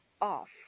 off